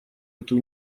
эту